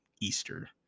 Easter